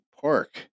Park